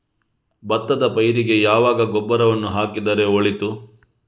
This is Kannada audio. ಭತ್ತದ ಪೈರಿಗೆ ಯಾವಾಗ ಗೊಬ್ಬರವನ್ನು ಹಾಕಿದರೆ ಒಳಿತು?